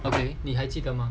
okay 你还记得吗